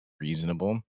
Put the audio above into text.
reasonable